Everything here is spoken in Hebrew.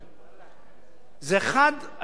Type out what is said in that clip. זה אחד המספרים הכי נמוכים.